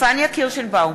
פניה קירשנבאום,